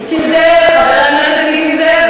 נסים זאב, חבר הכנסת נסים זאב.